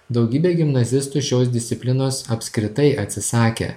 daugybė gimnazistų šios disciplinos apskritai atsisakė